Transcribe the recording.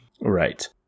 right